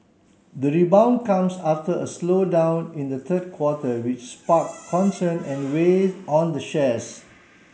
the rebound comes after a slowdown in the third quarter which spark concern and weigh on the shares